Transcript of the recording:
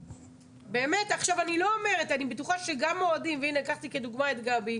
אני בטוחה שגם האוהדים, והנה לקחתי כדוגמה את גבי,